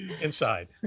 Inside